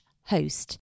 host